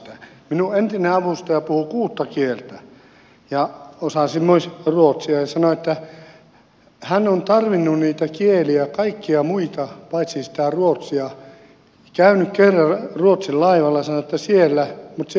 minun entinen avustajani puhui kuutta kieltä ja osasi myös ruotsia ja sanoi että hän on tarvinnut niitä kieliä kaikkia muita paitsi sitä ruotsia käynyt kerran ruotsinlaivalla mutta sielläkin puhuttiin englantia